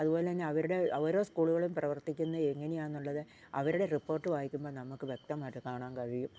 അതുപോലന്നെ അവരുടെ ഓരോ സ്കൂളുകളും പ്രവർത്തിക്കുന്ന എങ്ങനെയാന്നുള്ളത് അവരുടെ റിപ്പോർട്ട് വായിക്കുമ്പോ നമുക്ക് വ്യക്തമായിട്ട് കാണാൻ കഴിയും